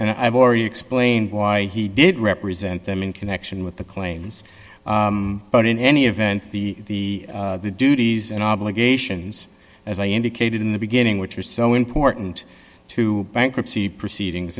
and i've already explained why he did represent them in connection with the claims but in any event the duties and obligations as i indicated in the beginning which are so important to bankruptcy proceedings